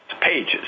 pages